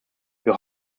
wir